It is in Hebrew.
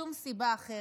שום סיבה אחרת.